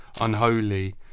unholy